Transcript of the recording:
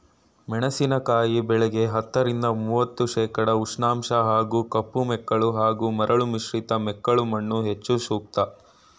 ಮೆಣಸಿನಕಾಯಿ ಬೆಳೆಗೆ ಹತ್ತರಿಂದ ಮೂವತ್ತು ಸೆ ಉಷ್ಣಾಂಶ ಹಾಗೂ ಕಪ್ಪುಮೆಕ್ಕಲು ಹಾಗೂ ಮರಳು ಮಿಶ್ರಿತ ಮೆಕ್ಕಲುಮಣ್ಣು ಹೆಚ್ಚು ಸೂಕ್ತ